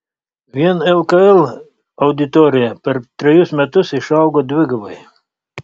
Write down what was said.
vien lkl auditorija per trejus metus išaugo dvigubai